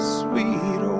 sweet